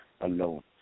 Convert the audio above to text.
alone